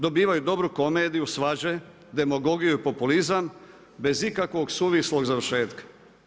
Dobivaju dobru komediju, svađe, demagogiju i populizam bez ikakvog suvislog završetka.